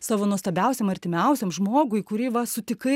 savo nuostabiausiam artimiausiam žmogui kurį va sutikai